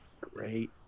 Great